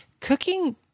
cooking